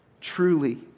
Truly